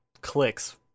clicks